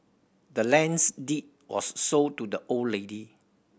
the land's deed was sold to the old lady